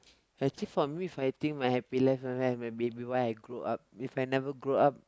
actually for me for I think my happy life maybe why I grow up If I never grow up